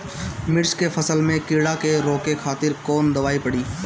मिर्च के फसल में कीड़ा के रोके खातिर कौन दवाई पड़ी?